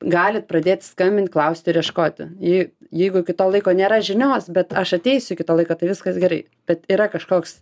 galit pradėt skambint klaust ir ieškoti jei jeigu iki tol laiko nėra žinios bet aš ateisiu iki to laiko tai viskas gerai bet yra kažkoks